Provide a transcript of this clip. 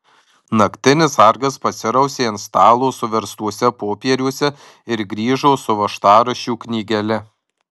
naktinis sargas pasirausė ant stalo suverstuose popieriuose ir grįžo su važtaraščių knygele